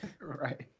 Right